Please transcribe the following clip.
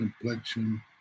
complexion